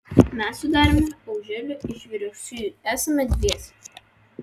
mes su dariumi auželiu iš vyriausiųjų esame dviese